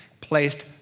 placed